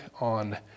on